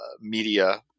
media